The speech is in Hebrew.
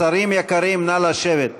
שרים יקרים, נא לשבת.